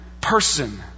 person